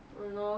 mm lor